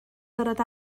gorfod